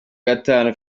gatanu